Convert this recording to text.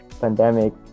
pandemic